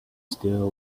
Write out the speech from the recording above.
still